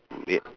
wait